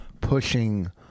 pushing